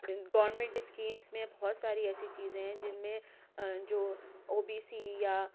government schemes میں بہت ساری ایسی چیزیں ہیں جن میں جو او بی سی یا